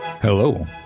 Hello